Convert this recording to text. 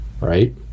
right